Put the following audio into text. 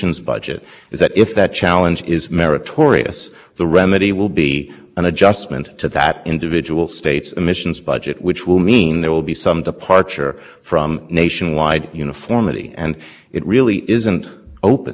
budgets to say that's unacceptable because then there would be no uniformity across the states and in fact it's quite clear that this is how the supreme court understood it because section two c of the supreme court's opinion which is where this is